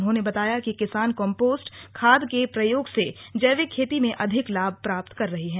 उन्होंने बताया कि किसान कम्पोस्ट खाद के प्रयोग से जैविक खेती में अधिक लाभ प्राप्त कर रहे हैं